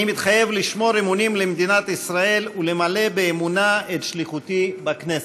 אני מתחייב לשמור אמונים למדינת ישראל ולמלא באמונה את שליחותי בכנסת.